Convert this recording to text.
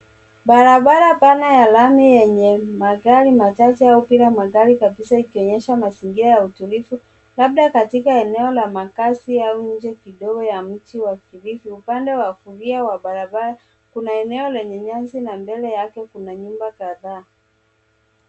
Barabara pana ya lami yenye magari machache au kila magari kabisa ikionyesha mazingira ya utulivu labda katika eneo la makazi au nje kidogo ya mji wa kilifi. Upande wa kulia wa barabara, kuna eneo lenye nyasi na mbele yake kuna nyumba kadhaa.